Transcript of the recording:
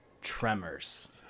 Tremors